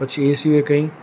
પછી એ સિવાય કંઈ